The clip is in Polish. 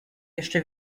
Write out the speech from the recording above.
jeszcze